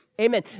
Amen